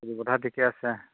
খেতিপথাৰ ঠিকে আছে